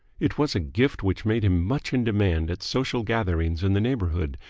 it was a gift which made him much in demand at social gatherings in the neighbourhood,